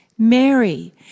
Mary